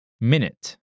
Minute